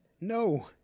No